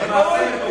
לא לגיטימיות.